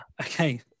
Okay